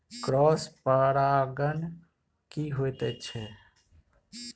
Cross परागण की होयत छै?